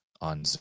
on